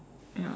ya